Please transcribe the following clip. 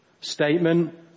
Statement